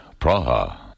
Praha